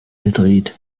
gedreht